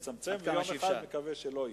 לצמצם, ויום אחד מקווה שלא יהיה.